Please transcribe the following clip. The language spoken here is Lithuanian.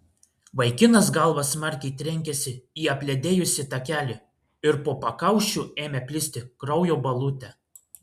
vaikinas galva smarkiai trenkėsi į apledėjusį takelį ir po pakaušiu ėmė plisti kraujo balutė